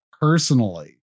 personally